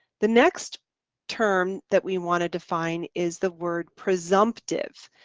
the next term that we wanted to find is the word presumptive,